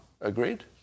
Agreed